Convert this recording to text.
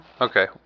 Okay